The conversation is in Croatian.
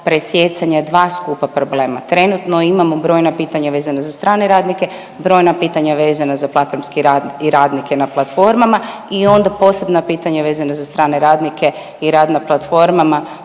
presijecanja dva skupa problema. Trenutno imamo brojna pitanja vezano za strane radnike, brojna pitanja vezano za platformski rad i rad na platrofmama i onda posebna pitanja vezana za strane radnike i rad na platformama.